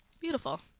Beautiful